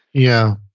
yeah,